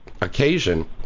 occasion